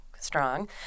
strong